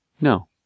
No